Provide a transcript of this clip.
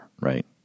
right